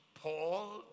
Paul